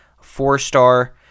four-star